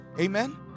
amen